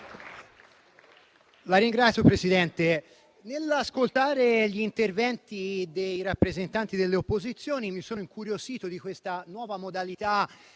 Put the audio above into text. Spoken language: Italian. Signor Presidente, nell'ascoltare gli interventi dei rappresentanti delle opposizioni, mi sono incuriosito di questa nuova modalità